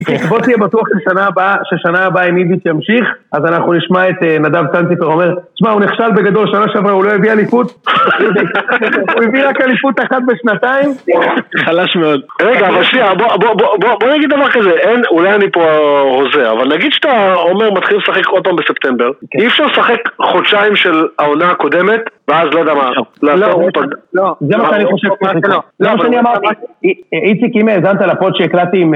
בוא תהיה בטוח ששנה הבאה, אינידיס ימשיך אז אנחנו נשמע את נדב צנציפר אומר, תשמע הוא נכשל בגדול, שנה שעברה הוא לא הביא אליפות, הוא הביא רק אליפות אחת בשנתיים, חלש מאוד. רגע אבל שייע, בוא נגיד דבר כזה אולי אני פה הוזה, אבל נגיד שאתה אומר מתחיל לשחק עוד פעם בספטמבר, אי אפשר לשחק חודשיים של העונה הקודמת, ואז לא יודע מה, לעשות עוד... זה מה שאני חושב שלא... איציק אם האזנת לפוד שהקלטתי